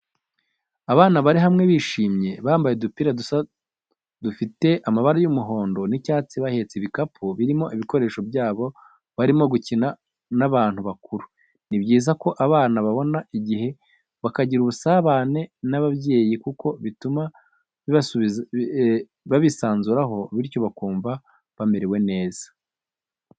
Abana bari hamwe bishimye, bambaye udupira dusa dufite amabara y'umuhondo n'icyatsi bahetse ibikapu birimo ibikoresho byabo, barimo gukina n'abantu bakuru. Ni byiza ko abana babona igihe bakagira ubusabane n'ababyeyi kuko bituma babisanzuraho bityo bakumva bamerewe neza.